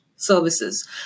Services